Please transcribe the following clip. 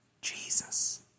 Jesus